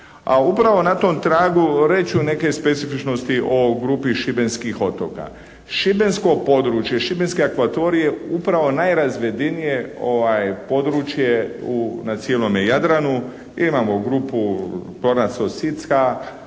A upravo na tom tragu reći ću neke specifičnosti o grupi Šibenskih otoka. Šibensko područje, Šibenski akvatorij je upravo najrazvedenije područje na cijelome Jadranu. Imamo grupu … /Govornik